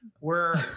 were-